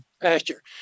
pasture